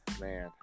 man